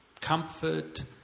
comfort